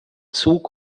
zug